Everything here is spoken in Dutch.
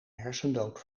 hersendood